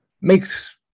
makes